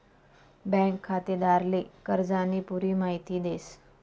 bank खातेदारले कर्जानी पुरी माहिती देस